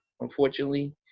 unfortunately